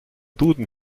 duden